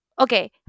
Okay